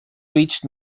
reached